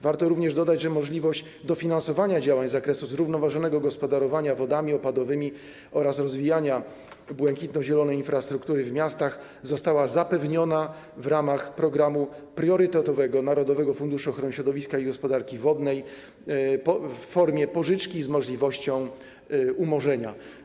Warto również dodać, że możliwość dofinansowania działań z zakresu zrównoważonego gospodarowania wodami opadowymi oraz rozwijania błękitno-zielonej infrastruktury w miastach została zapewniona w ramach programu priorytetowego Narodowego Funduszu Ochrony Środowiska i Gospodarki Wodnej w formie pożyczki z możliwością umorzenia.